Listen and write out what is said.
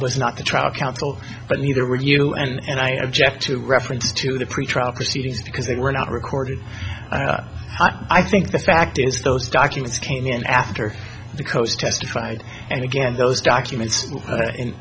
was not the trial counsel but neither were you and i object to reference to the pretrial proceedings because they were not recorded i think the fact is those documents came in after the coast testified and again those documents in